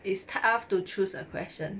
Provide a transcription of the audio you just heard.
it's tough to choose a question